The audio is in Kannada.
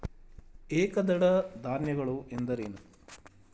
ಏಕದಳ ಧಾನ್ಯಗಳು ಎಂದರೇನು?